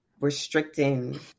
restricting